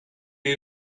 est